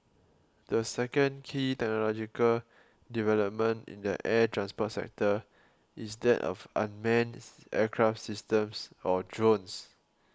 the second key technological development in the air transport sector is that of unmanned aircraft systems or drones